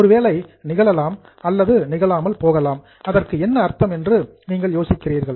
ஒருவேளை நிகழலாம் அல்லது நிகழாமல் போகலாம் அதற்கு என்ன அர்த்தம் என்று நீங்கள் யோசிக்கிறீர்கள்